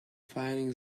finding